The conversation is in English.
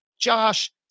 Josh